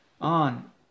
on